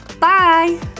Bye